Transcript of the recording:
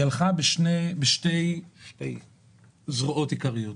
היא הלכה בשתי זרועות עיקריות.